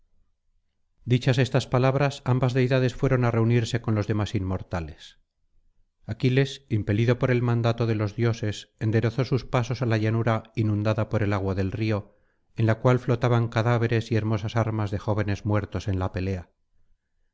dichas estas palabras ambas deidades fueron á reunirse con los demás inmortales aquiles impelido por el mandato de los dioses enderezó sus pasos á la llanura inundada por el agua del río en la cual flotaban cadáveres y hermosas armas de jóvenes muertos en la pelea